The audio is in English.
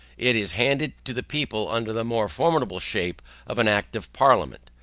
it is handed to the people under the more formidable shape of an act of parliament.